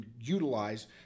utilize